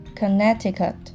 Connecticut